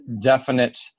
definite